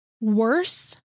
worse